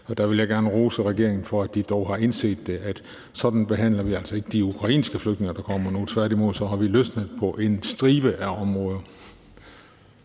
Og der vil jeg gerne rose regeringen for i det mindste at have indset, at sådan behandler vi altså ikke de ukrainske flygtninge, der kommer nu – tværtimod har vi løsnet på en stribe af områder.